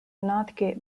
northgate